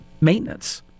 maintenance